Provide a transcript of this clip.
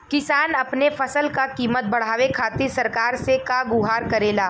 किसान अपने फसल क कीमत बढ़ावे खातिर सरकार से का गुहार करेला?